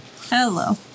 Hello